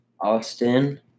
Austin